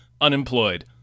unemployed